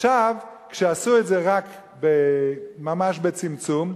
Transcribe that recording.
כשעשו את זה ממש בצמצום,